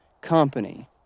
company